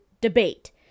debate